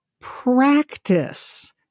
Practice